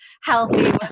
healthy